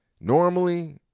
Normally